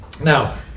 Now